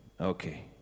okay